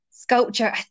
sculpture